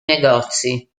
negozi